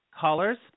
callers